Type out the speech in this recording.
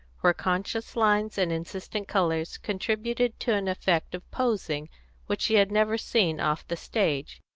where conscious lines and insistent colours contributed to an effect of posing which she had never seen off the stage.